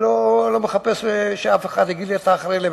אני לא מחפש שאף אחד יגיד לי: אתה אחראי להם.